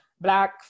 black